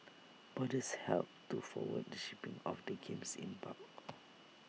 boarders helped to forward the shipping of the games in bulk